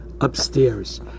upstairs